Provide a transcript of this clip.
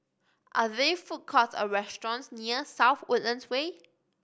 are there food courts or restaurants near South Woodlands Way